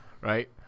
right